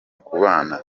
kubana